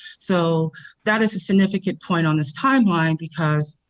so that is a significant point on this timeline because